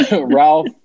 Ralph